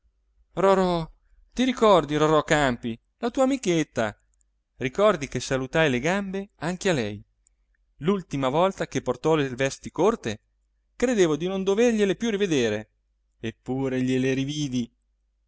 soggiunto rorò ricordi rorò campi la tua amichetta ricordi che salutai le gambe anche a lei l'ultima volta che portò le vesti corte credevo di non dovergliele più rivedere eppure gliele rividi